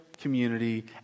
community